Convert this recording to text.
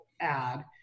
add